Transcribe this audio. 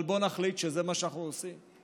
אבל בואו נחליט שזה מה שאנחנו עושים.